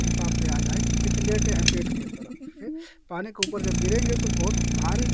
हिसाब से आ जाएँ कि जैसे लेटे हैं पेट के तरफ से पानी के ऊपर जब गिरेंगे तो बहुत भारी